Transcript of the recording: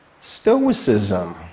stoicism